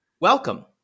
Welcome